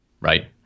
Right